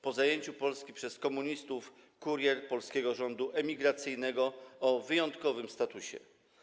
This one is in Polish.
Po zajęciu Polski przez komunistów kurier polskiego rządu emigracyjnego o wyjątkowym statusie.